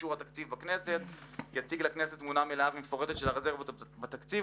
אישור התקציב בכנסת ולהציג לכנסת תמונה מלאה ומפורטת של הרזרבות בתקציב,